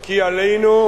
כי עלינו,